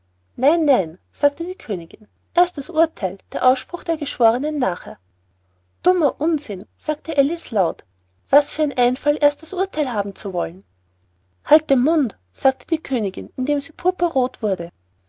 nein nein sagte die königin erst das urtheil der ausspruch der geschwornen nachher dummer unsinn sagte alice laut was für ein einfall erst das urtheil haben zu wollen halt den mund sagte die königin indem sie purpurroth wurde